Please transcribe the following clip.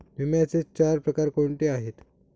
विम्याचे चार प्रकार कोणते आहेत?